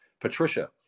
Patricia